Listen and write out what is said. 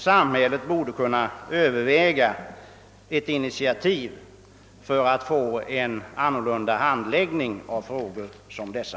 Samhället borde kunna överväga ett initiativ för att få till stånd en annan handläggning av frågor som dessa.